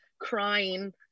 crying